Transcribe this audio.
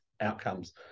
outcomes